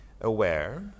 aware